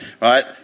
right